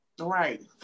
Right